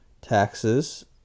taxes